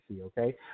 okay